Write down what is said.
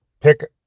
pick